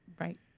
Right